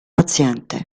paziente